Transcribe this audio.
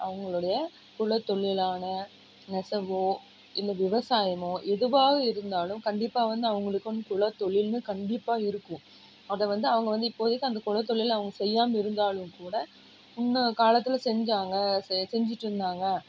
அவங்களோடைய குலத்தொழிலானா நெசவோ இல்லை விவசாயமோ எதுவாக இருந்தாலும் கண்டிப்பாக வந்து அவங்களுக்குனு குலத்தொழில்னு கண்டிப்பாக இருக்கும் அதை வந்து அவங்க இப்போதைக்கு அந்த குலத்தொழிலை அவங்க செய்யாமல் இருந்தாலும் கூட முன்ன காலத்தில் செஞ்சாங்க செஞ்சுட்டு இருந்தாங்க